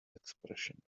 expression